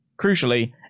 crucially